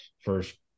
first